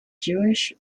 jewish